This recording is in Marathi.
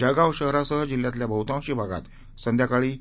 जळगाव शहरासह जिल्ह्यातील बहुतांशी भागात संध्याकाळी